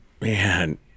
man